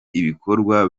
ibikorwa